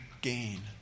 gain